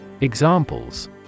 Examples